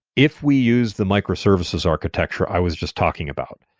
if we use the microservices architecture i was just talking about,